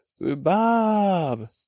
Bob